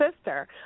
sister